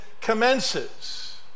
commences